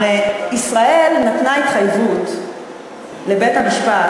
הרי ישראל נתנה התחייבות לבית-המשפט,